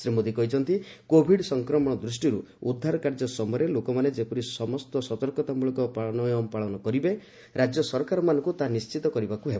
ଶ୍ରୀ ମୋଦି କହିଛନ୍ତି କୋଭିଡ୍ ସଂକ୍ରମଣ ଦୃଷ୍ଟିରୁ ଉଦ୍ଧାର କାର୍ଯ୍ୟ ସମୟରେ ଲୋକମାନେ ଯେପରି ସମସ୍ତ ସତର୍କତାମଳକ ନିୟମ ପାଳନ କରିବେ ରାଜ୍ୟ ସରକାରମାନଙ୍କୁ ତାହା ନିଶ୍ଚିତ କରିବାକୁ ହେବ